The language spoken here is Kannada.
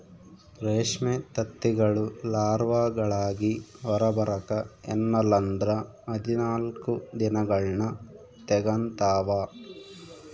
ರೇಷ್ಮೆ ತತ್ತಿಗಳು ಲಾರ್ವಾಗಳಾಗಿ ಹೊರಬರಕ ಎನ್ನಲ್ಲಂದ್ರ ಹದಿನಾಲ್ಕು ದಿನಗಳ್ನ ತೆಗಂತಾವ